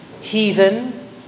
heathen